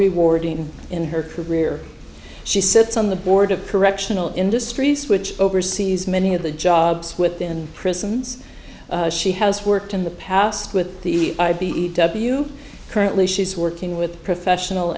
rewarding in her career she sits on the board of correctional industries which oversees many of the jobs within prisons she has worked in the past with the i b e w currently she's working with professional